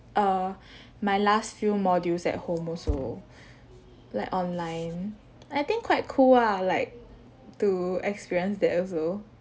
err my last few modules at home also like online I think quite cool ah like to experience that also